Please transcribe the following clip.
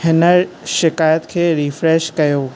हिन शिकायत खे रीफ़्रेश कयो